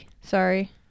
sorry